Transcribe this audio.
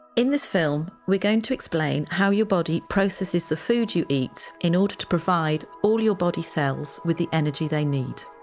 in this film we're going to explain how your body processes the food you eat in order to provide all your body cells with the energy they need,